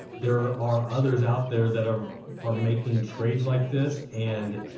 there are are others out there that are are making trades like this, and